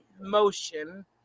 motion